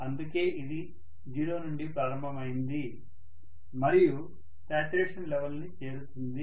అందుకే ఇది 0 నుండి ప్రారంభమైంది మరియు శాచ్యురేషన్ లెవెల్ ని చేరుతుంది